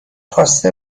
خواسته